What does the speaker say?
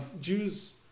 Jews